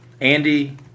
Andy